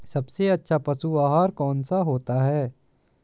सबसे अच्छा पशु आहार कौन सा होता है?